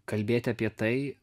kalbėti apie tai